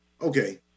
Okay